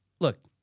look